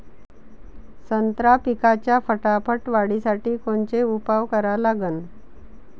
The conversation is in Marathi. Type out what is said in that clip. संत्रा पिकाच्या फटाफट वाढीसाठी कोनचे उपाव करा लागन?